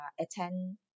attend